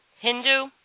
Hindu